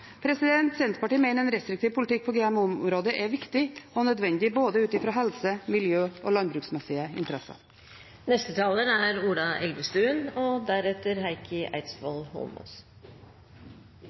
Senterpartiet mener at en restriktiv politikk på GMO-området er viktig og nødvendig, både ut fra helse-, miljø- og landbruksmessige interesser.